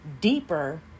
deeper